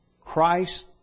Christ